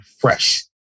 fresh